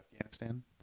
Afghanistan